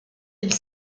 mille